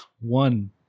One